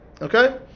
okay